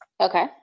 Okay